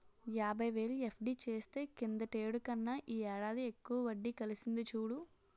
యాబైవేలు ఎఫ్.డి చేస్తే కిందటేడు కన్నా ఈ ఏడాది ఎక్కువ వడ్డి కలిసింది చూడు